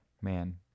Man